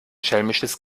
schelmisches